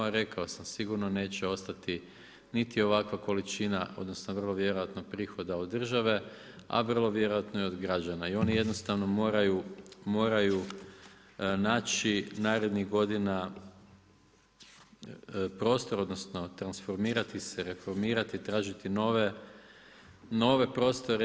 A rekao sam, sigurno neće ostati niti ovakva količina, odnosno vrlo vjerojatno prihoda od države a vrlo vjerojatno i od građana i oni jednostavno moraju naći narednih godina prostor, odnosno transformirati se, reformirati, tražiti nove prostore.